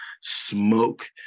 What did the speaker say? smoke